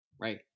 right